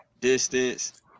distance